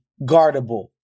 guardable